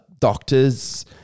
doctors